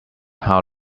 how